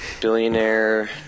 Billionaire